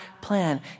plan